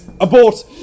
abort